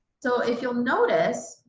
so if you'll notice,